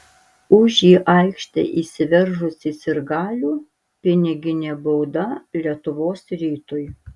už į aikštę įsiveržusį sirgalių piniginė bauda lietuvos rytui